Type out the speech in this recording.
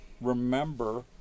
remember